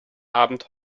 abend